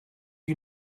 you